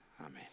Amen